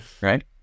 Right